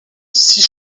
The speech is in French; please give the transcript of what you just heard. six